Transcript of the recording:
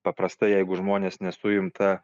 paprastai jeigu žmonės nesuimta